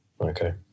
okay